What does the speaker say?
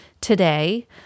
today